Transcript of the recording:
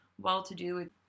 well-to-do